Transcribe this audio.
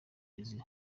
izi